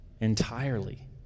entirely